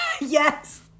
Yes